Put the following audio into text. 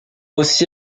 aussi